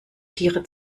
tiere